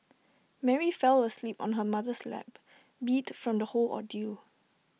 Mary fell asleep on her mother's lap beat from the whole ordeal